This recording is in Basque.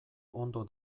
ondo